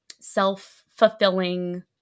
self-fulfilling